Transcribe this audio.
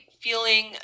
feeling